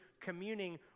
communing